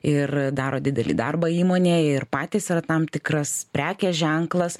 ir daro didelį darbą įmonėj ir patys yra tam tikras prekės ženklas